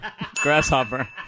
Grasshopper